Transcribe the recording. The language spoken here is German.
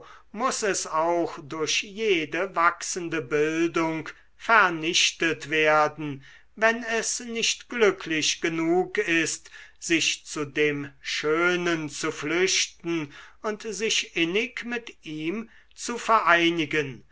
muß es auch durch jede wachsende bildung vernichtet werden wenn es nicht glücklich genug ist sich zu dem schönen zu flüchten und sich innig mit ihm zu vereinigen